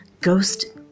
ghost